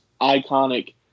iconic